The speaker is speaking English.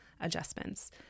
adjustments